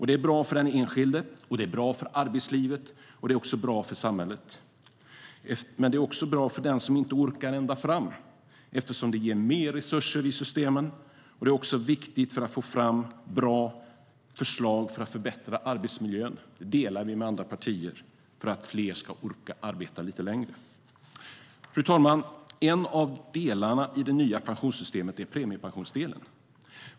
Det är bra för den enskilde, det är bra för arbetslivet och det är bra för samhället. Men det är också bra för den som inte orkar ända fram eftersom det ger mer resurser i systemen. Det är också viktigt att få fram bra förslag för att förbättra arbetsmiljön. Det delar vi med andra partier, för att fler ska orka arbeta lite längre. Fru talman! En av delarna i det nya pensionssystemet är premiepensionsdelen.